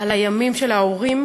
על הימים של ההורים